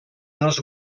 els